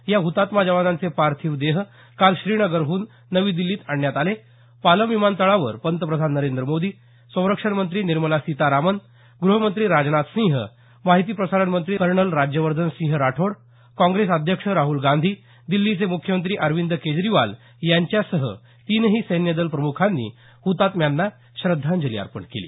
या हतात्मा जवानांचे पार्थिव देह काल श्रीनगरहन नवी दिल्लीत आणण्यात आले पालम विमानतळावर पंतप्रधान नरेंद्र मोदी संरक्षण मंत्री निर्मला सीतारामन गृहमंत्री राजनाथसिंह माहिती प्रसारणमंत्री कर्नल राज्यवर्धनसिंह राठोड काँग्रेस अध्यक्ष राहुल गांधी दिल्लीचे मुख्यमंत्री अरविंद केजरीवाल यांच्यासह तीनही सैन्यदल प्रमुखांनी हुतात्म्यांना श्रद्धांजली अर्पण केली